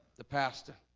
the pastor